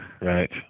Right